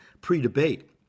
pre-debate